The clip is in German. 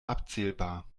abzählbar